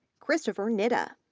christopher nitta,